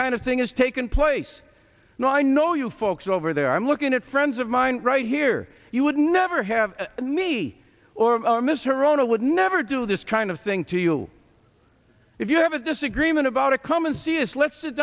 kind of thing has taken place no i know you folks over there i'm looking at friends of mine right here you would never have me or mr owner would never do this kind of thing to you if you have a disagreement about a common serious let's sit